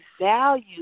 value